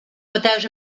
without